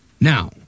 Now